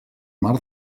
mar